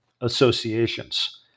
associations